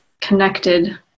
connected